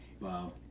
Wow